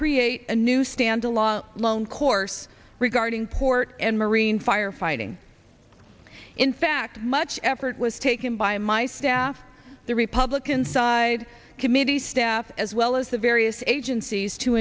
create a new standalone loan course regarding port and marine firefighting in fact much effort was taken by my staff the republican side committee staff as well as the various agencies to